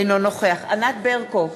אינו נוכח ענת ברקו,